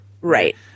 Right